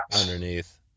Underneath